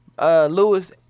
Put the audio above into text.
Lewis